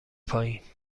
پایین